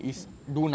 hmm